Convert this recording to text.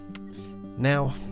Now